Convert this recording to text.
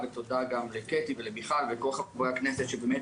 ותודה גם לקטי ולמיכל ולכל חברי הכנסת שבאמת